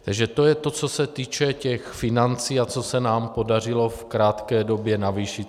Takže to je to, co se týče těch financí a co se nám podařilo v krátké době navýšit.